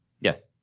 Yes